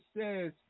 says